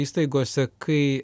įstaigose kai